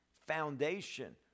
foundation